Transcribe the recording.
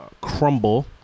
Crumble